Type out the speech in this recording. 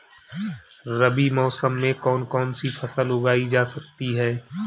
रबी मौसम में कौन कौनसी फसल उगाई जा सकती है?